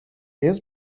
jest